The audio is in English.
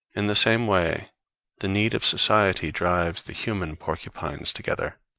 in the same way the need of society drives the human porcupines together,